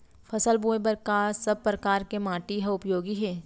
फसल बोए बर का सब परकार के माटी हा उपयोगी हे?